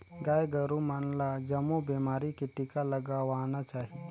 गाय गोरु मन ल जमो बेमारी के टिका लगवाना चाही